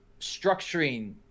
structuring